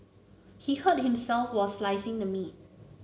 he hurt himself were slicing the meat